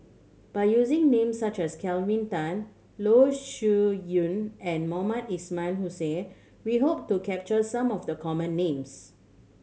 by using names such as Kelvin Tan Loh Yun and Mohamed Ismail Hussain we hope to capture some of the common names